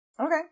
Okay